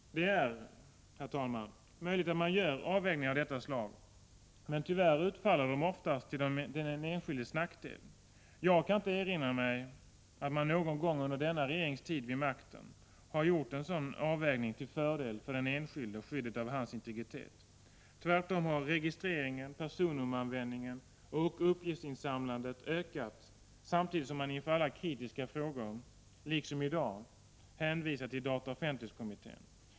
Det är, herr talman, möjligt att man gör avvägningar av detta slag, men tyvärr utfaller de oftast till den enskildes nackdel. Jag kan inte erinra mig att man någon gång under denna regerings tid vid makten har gjort en sådan avvägning till fördel för den enskilde och skyddet av hans integritet. Tvärtom har registreringen, personnummeranvändningen och uppgiftsinsamlandet ökat samtidigt som man inför alla kritiska frågor, liksom i dag, hänvisat till dataoch offentlighetskommittén.